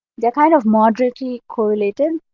they're kind of moderately correlated,